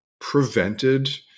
Prevented